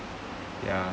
ya